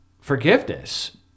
forgiveness